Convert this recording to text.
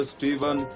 Stephen